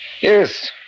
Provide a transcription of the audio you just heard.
Yes